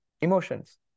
emotions